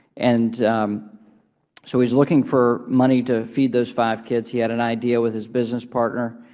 and so he's looking for money to feed those five kids. he had an idea with his business partner,